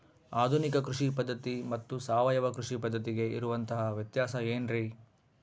ಆಧುನಿಕ ಕೃಷಿ ಪದ್ಧತಿ ಮತ್ತು ಸಾವಯವ ಕೃಷಿ ಪದ್ಧತಿಗೆ ಇರುವಂತಂಹ ವ್ಯತ್ಯಾಸ ಏನ್ರಿ?